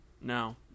No